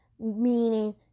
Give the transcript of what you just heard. Meaning